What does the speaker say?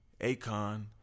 Akon